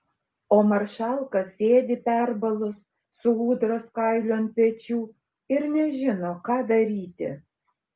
o maršalka sėdi perbalus su ūdros kailiu ant pečių ir nežino ką daryti